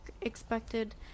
expected